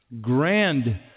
grand